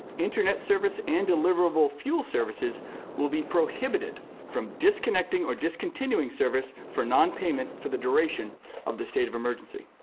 internet service and deliverable fuel services will be prohibited from disconnecting or discontinuing service for nonpayment for the duration of the state of emergency.